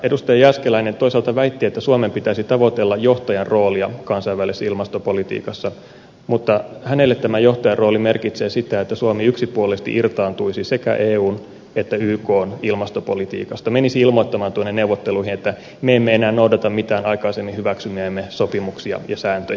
jääskeläinen toisaalta väitti että suomen pitäisi tavoitella johtajan roolia kansainvälisessä ilmastopolitiikassa mutta hänelle tämä johtajan rooli merkitsee sitä että suomi yksipuolisesti irtaantuisi sekä eun että ykn ilmastopolitiikasta menisi ilmoittamaan tuonne neuvotteluihin että me emme enää noudata mitään aikaisemmin hyväksymiämme sopimuksia ja sääntöjä